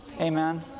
Amen